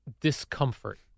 discomfort